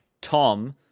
Tom